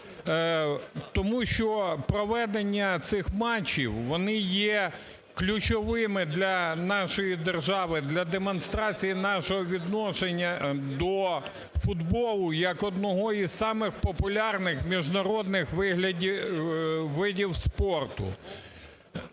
тому що проведення цих матчів вони є ключовими для нашої держави, для демонстрації нашого відношення до футболу як одного із самих популярних міжнародних видів спорту.